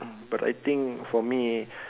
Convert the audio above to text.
but I think for me